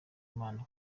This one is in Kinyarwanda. imana